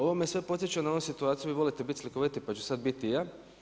Ovo me sve podsjeća na onu situaciju, vi volite biti slikoviti pa ću sad biti i ja.